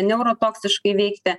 neurotoksiškai veikti